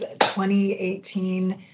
2018